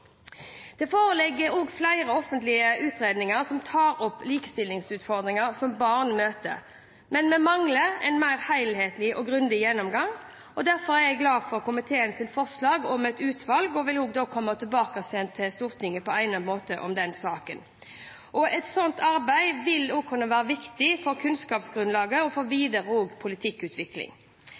Det foreligger flere offentlige utredninger som tar opp likestillingsutfordringer som barn møter, men vi mangler en mer helhetlig og grundig gjennomgang. Derfor er jeg glad for komiteens forslag om et utvalg, og jeg vil komme tilbake til Stortinget på egnet måte om den saken. Et slikt arbeid vil kunne være viktig for kunnskapsgrunnlaget og for videre politikkutvikling. Forslagsstillerne framhever viktigheten av å utjevne lønnsforskjellene mellom kvinner og